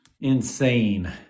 Insane